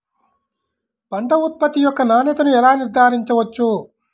పంట ఉత్పత్తి యొక్క నాణ్యతను ఎలా నిర్ధారించవచ్చు?